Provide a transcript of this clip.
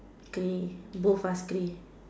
grey both are grey